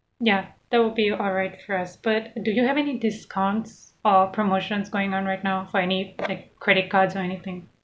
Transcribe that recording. ya that will be alright first but do you have any discounts or promotions going on right now for any like credit cards or anything